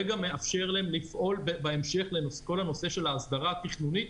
זה גם מאפשר להם לפעול בהמשך לכל הנושא של ההסדרה התכנונית,